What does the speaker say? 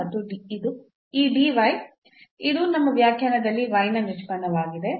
ಮತ್ತು ಈ ಇದು ನಮ್ಮ ವ್ಯಾಖ್ಯಾನದಲ್ಲಿ ನ ನಿಷ್ಪನ್ನವಾಗಿದೆ